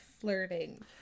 flirting